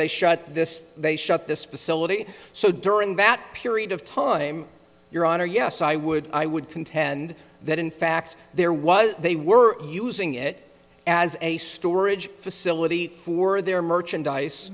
they shut this they shut this facility so during that period of time your honor yes i would i would contend that in fact there was they were using it as a storage facility for their merchandise